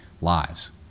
lives